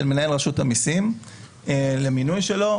של מנהל רשות המיסים למינוי שלו,